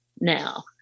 now